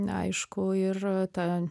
aišku ir ta